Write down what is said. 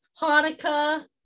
Hanukkah